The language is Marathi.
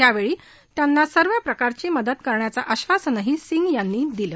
यावेळी त्यांना सर्व प्रकारची मदत करण्याचं आश्वासनही सिंग यांनी दिलं